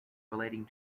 relating